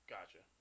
Gotcha